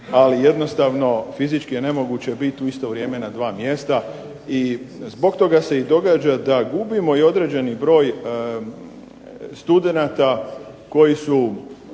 Ali jednostavno fizički je nemoguće biti u isto vrijeme na dva mjesta. I zbog toga se i događa da gubimo i određeni broj studenata koji su